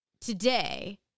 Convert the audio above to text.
today